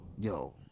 yo